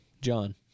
John